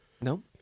No